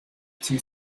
two